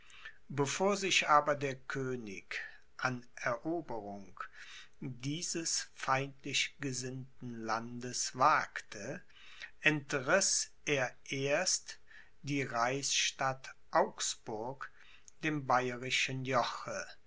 bevor sich aber der könig an eroberung dieses feindlich gesinnten landes wagte entriß er erst die reichsstadt augsburg dem bayerischen joche